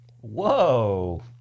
Whoa